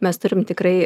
mes turim tikrai